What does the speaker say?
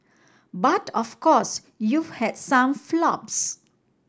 but of course you've had some flops